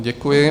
Děkuji.